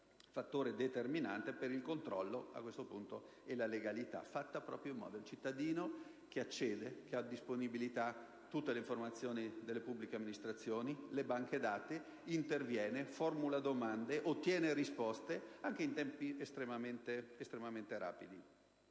il fattore determinante per il controllo e la legalità. In questo modo il cittadino accede, ha la disponibilità di tutte le informazioni delle pubbliche amministrazioni e delle banche dati, interviene, formula domande e ottiene risposte anche in tempi estremamente rapidi.